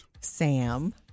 Sam